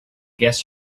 guess